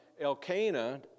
Elkanah